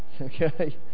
Okay